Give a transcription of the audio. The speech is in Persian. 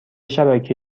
شبکه